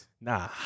Nah